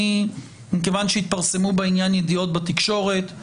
מכיוון שהתפרסמו בעניין ידיעות בתקשורת,